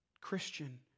Christian